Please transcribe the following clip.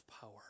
power